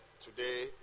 today